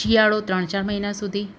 શિયાળો ત્રણ ચાર મહિના સુધી